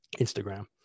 Instagram